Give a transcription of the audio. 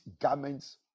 garments